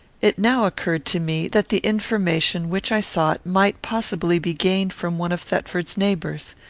it now occurred to me, that the information which i sought might possibly be gained from one of thetford's neighbours.